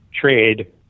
trade